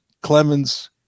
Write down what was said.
Clemens